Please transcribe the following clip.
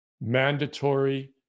mandatory